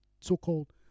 so-called